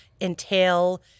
entail